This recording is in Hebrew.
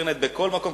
אינטרנט בכל מקום.